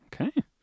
Okay